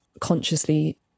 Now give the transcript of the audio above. consciously